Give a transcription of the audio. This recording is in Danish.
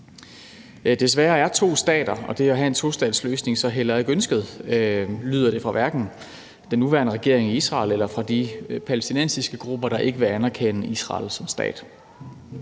Desværre er to stater og det at have en tostatsløsning så heller ikke ønsket, lyder det fra både den nuværende regering i Israel og fra de palæstinensiske grupper, der ikke vil anerkende Israel som stat.